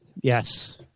Yes